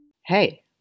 Hey